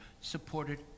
supported